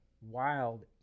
wild